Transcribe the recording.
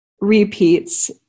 repeats